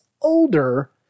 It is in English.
older